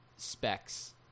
Specs